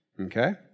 Okay